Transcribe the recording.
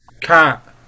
Cat